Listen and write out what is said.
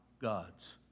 God's